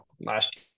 last